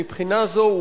מבחינה זו,